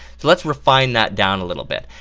so lets refine that down a little bit.